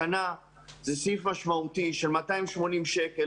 השנה זה סעיף משמעותי של 280 שקלים,